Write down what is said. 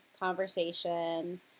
conversation